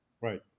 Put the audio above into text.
Right